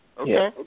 Okay